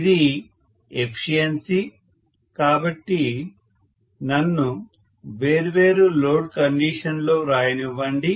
ఇది ఎఫిషియన్సి కాబట్టి నన్ను వేర్వేరు లోడ్ కండీషన్లలో వ్రాయనివ్వండి